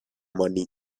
money